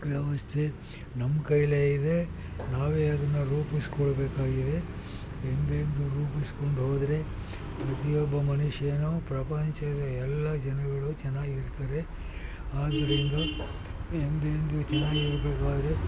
ವ್ಯವಸ್ಥೆ ನಮ್ಮ ಕೈಯ್ಯಲ್ಲೇ ಇದೆ ನಾವೇ ಅದನ್ನು ರೂಪಿಸ್ಕೊಳ್ಳಬೇಕಾಗಿದೆ ಎಂದೆಂದು ರೂಪಿಸ್ಕೊಂಡೋದ್ರೆ ಪ್ರತಿಯೊಬ್ಬ ಮನುಷ್ಯನು ಪ್ರಪಂಚದ ಎಲ್ಲ ಜನಗಳು ಚೆನ್ನಾಗಿರ್ತಾರೆ ಆದ್ದರಿಂದ ಎಂದೆಂದು ಚೆನ್ನಾಗಿರ್ಬೇಕಾದ್ರೆ